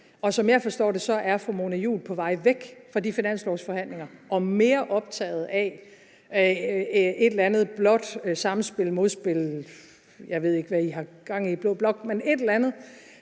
Som jeg forstår det, er fru Mona Juul på vej væk fra de finanslovsforhandlinger og er mere optaget af et eller andet blåt sammenspil eller modspil – jeg ved ikke, hvad I har gang i i blå blok. Men det er et